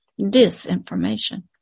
disinformation